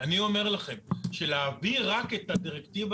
במקרים הפתולוגיים יש עבירות